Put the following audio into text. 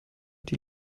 die